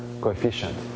coefficient